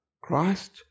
Christ